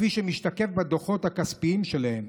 כפי שמשתקף בדוחות הכספיים שלהם,